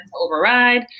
override